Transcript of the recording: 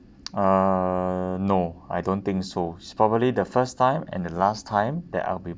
uh no I don't think so probably the first time and the last time that I'll be